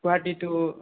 Guwahati तु